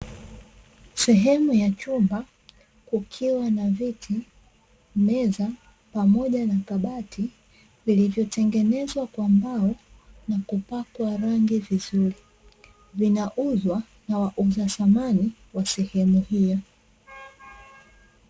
Sehemu ya chumba kukiwa na viti, meza pamoja na kabati vilivyotengenezwa kwa mbao na kupakwa rangi vizuri. vinauzwa na wauza samani wa sehemu hio.